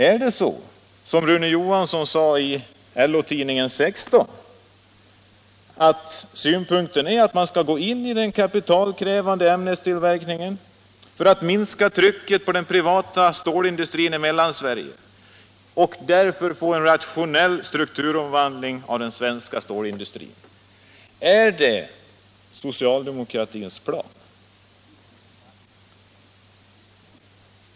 Är det så som Rune Johansson sade i LO-tidningen nr 16, att uppfattningen är att man skall gå in i den kapitalkrävande ämnestillverkningen för att minska trycket på den privata storindustrin i Mellansverige och få en rationell strukturomvandling av den svenska stålindustrin? Är det socialdemokraternas plan?